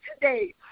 today